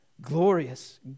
glorious